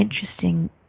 interesting